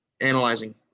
analyzing